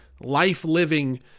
life-living